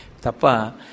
Tapa